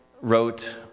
wrote